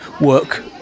work